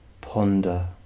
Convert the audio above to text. ponder